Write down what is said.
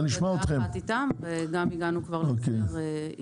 אנחנו בדעה אחת איתם וגם הגענו איתם להסדר.